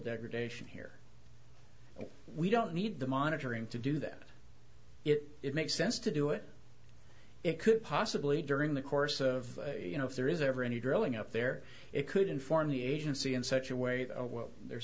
degradation here if we don't need the monitoring to do that if it makes sense to do it it could possibly during the course of you know if there is ever any drilling up there it could inform the agency in such a way th